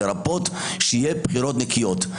שיהיו בחירות נקיות.